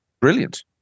Brilliant